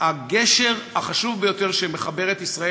הגשר החשוב ביותר שמחבר את ישראל